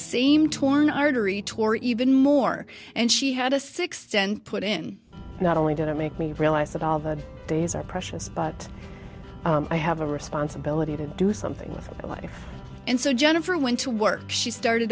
same torn artery tore even more and she had a six ten put in not only did it make me realize that all the days are precious but i have a responsibility to do something with life and so jennifer went to work she started